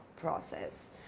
process